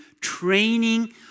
training